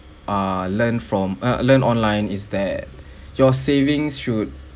ah learn from uh learn online is that your savings should